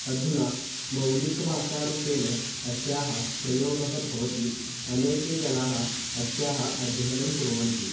अधुना मौलिकभाषारूपेण अस्याः प्रयोगः भवति अनेके जनाः अस्याः अध्ययनं कुर्वन्ति